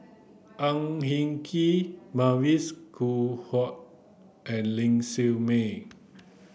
Ang Hin Kee Mavis Khoo Oei and Ling Siew May